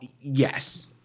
yes